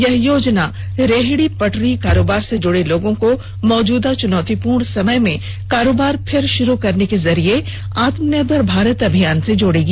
यह योजना रेहड़ी पटरी कारोबार से जुड़े लोगों को मौजूदा चुनौती पूर्ण समय में कारोबार फिर शुरू करने को जरिये आत्मनिर्भर भारत अभियान से जोड़ेगी